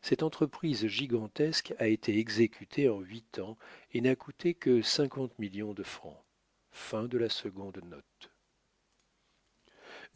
cette entreprise gi gantesque a été exécutée en huit ans et n'a coûté que cinquante millions de francs